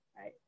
right